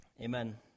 Amen